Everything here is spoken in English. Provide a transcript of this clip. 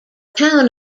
town